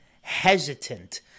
hesitant